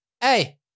Hey